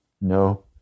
No